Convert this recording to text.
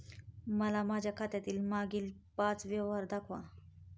मला माझ्या खात्यातील मागील पांच व्यवहार दाखवा